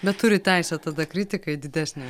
bet turi teisę tada kritikai didesnę